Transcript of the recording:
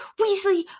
Weasley